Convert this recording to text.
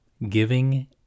giving